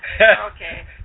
Okay